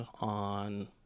on